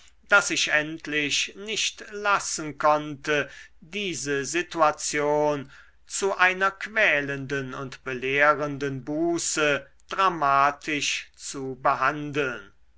daß ich endlich nicht lassen konnte diese situation zu einer quälenden und belehrenden buße dramatisch zu behandeln